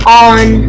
on